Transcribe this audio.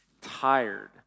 tired